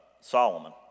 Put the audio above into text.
Solomon